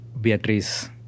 Beatriz